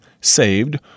saved